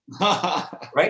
Right